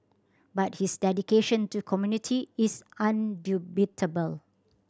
but his dedication to community is